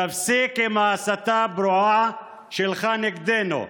תפסיק עם ההסתה הפרועה שלך נגדנו.